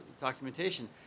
documentation